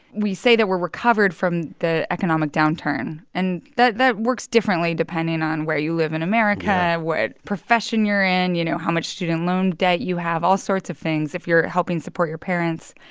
we say that we're recovered from the economic downturn. and that that works differently depending on where you live in america, what profession you're in, you know, how much student loan debt you have all sorts of things if you're helping support your parents.